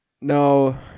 No